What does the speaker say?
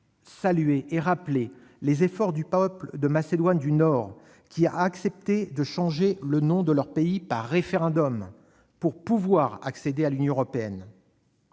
évoquer et saluer les efforts du peuple de Macédoine du Nord, qui a accepté de modifier le nom de son pays, par référendum, pour pouvoir accéder à l'Union européenne.